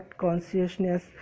consciousness